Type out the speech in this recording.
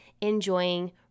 enjoying